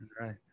Right